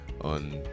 on